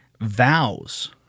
vows